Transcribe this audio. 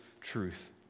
truth